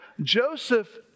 Joseph